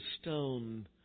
stone